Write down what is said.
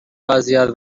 اذیت